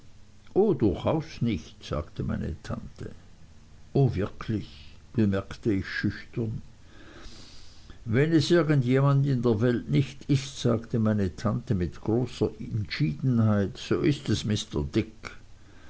o durchaus nicht sagte meine tante o wirklich bemerkte ich schüchtern wenn es irgend jemand in der welt nicht ist sagte meine tante mit großer entschiedenheit so ist es mr dick